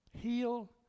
Heal